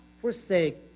forsake